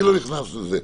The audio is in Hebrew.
אני לא נכנס לזה.